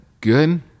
good